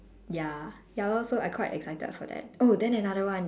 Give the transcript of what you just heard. ya ya lor so I quite excited for that oh then another one